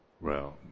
realm